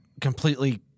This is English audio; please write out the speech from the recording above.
completely